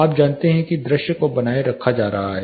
आप जानते हैं कि दृश्य को बनाए रखा जा रहा है